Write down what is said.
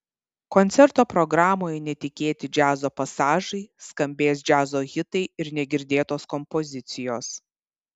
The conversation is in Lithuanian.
koncerto programoje netikėti džiazo pasažai skambės džiazo hitai ir negirdėtos kompozicijos